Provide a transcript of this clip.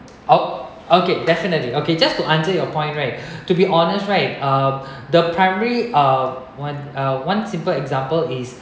oh okay definitely okay just to answer your point right to be honest right uh the primary uh one uh one simple example is